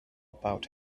about